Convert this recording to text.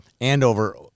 Andover